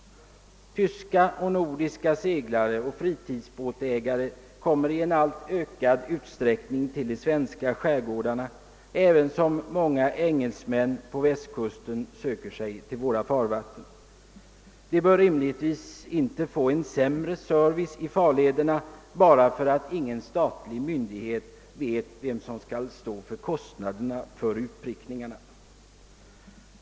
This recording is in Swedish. Tyska och nordiska seglare och fritidsbåtsägare kommer i alltmer ökad utsträckning till de svenska skärgårdarna, liksom många engelsmän söker sig till våra farvatten längs västkusten. De bör rimligtvis inte få en sämre service i farlederna bara därför att ingen statlig myndighet vet vem som skall stå för kostnaderna för utprickningarna.